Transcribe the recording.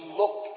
look